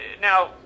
now